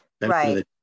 Right